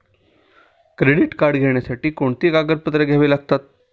Credit card घेण्यासाठी कोणती कागदपत्रे घ्यावी लागतात?